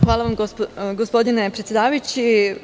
Hvala vam, gospodine predsedavajući.